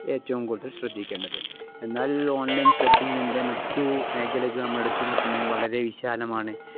ഏറ്റവും കൂടുതൽ ശ്രദ്ധിക്കേണ്ടത് എന്നാൽ ഓൺലൈൻ ഷോപ്പിങ്ങിൻ്റെ മറ്റു മേഖലകൾ നമ്മൾ എടുത്തു നോക്കുന്നുണ്ടെങ്കിൽ വളരെ വിശാലമാണ്